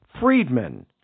Friedman